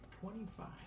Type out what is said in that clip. Twenty-five